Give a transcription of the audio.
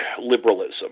liberalism